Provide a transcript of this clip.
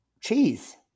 Cheese